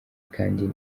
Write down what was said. kandi